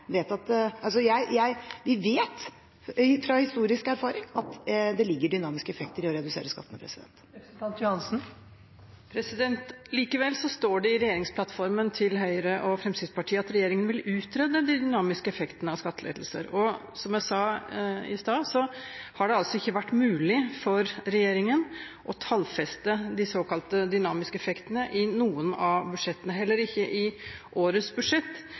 Vi vet av historisk erfaring at det ligger dynamiske effekter i å redusere skattene. Likevel står det i regjeringsplattformen til Høyre og Fremskrittspartiet at regjeringen vil «utrede de dynamiske effektene av skattelettelser». Som jeg sa i stad, har det altså ikke vært mulig for regjeringen å tallfeste de såkalte dynamiske effektene i noen av budsjettene. Heller ikke i årets budsjett